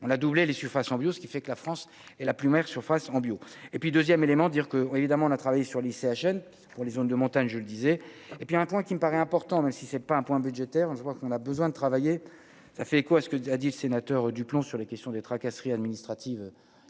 On a doublé les surfaces en bio, ce qui fait que la France et la plus maire surfaces en bio et puis 2ème élément, dire que, évidemment, on a travaillé sur l'ICHN pour les zones de montagne, je le disais, et puis un point qui me paraît important, même si c'est pas un point budgétaire, on se voit, qu'on a besoin de travailler, ça fait écho à ce que a dit le sénateur du plomb sur les questions de. Tracasseries administratives